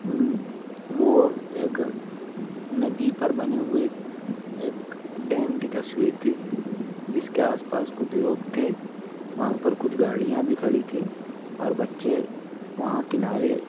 وہ ایک ندی پر بنے ہوئے ایک ایک ڈیم کی تصویر تھی جس کے آس پاس کچھ لوگ تھے وہاں پر کچھ گاڑیاں بھی کھڑی تھیں اور بچے وہاں کنارے